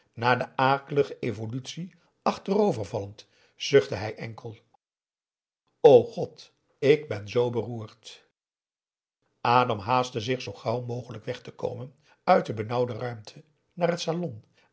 na de akelige evolutie achterover vallend zuchtte hij enkel o god ik ben zoo beroerd adam haastte zich zoo gauw mogelijk weg te komen uit de benauwde ruimte naar het salon